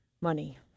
money